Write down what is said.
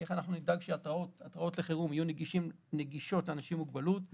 איך נדאג שהתראות לחירום יהיו נגישות לאנשים עם מוגבלות.